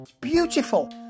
beautiful